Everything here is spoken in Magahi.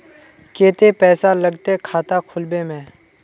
केते पैसा लगते खाता खुलबे में?